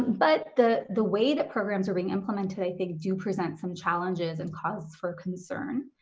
but the the way that programs are being implemented, i think do present some challenges and causes for concern.